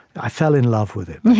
i fell in love with it yeah,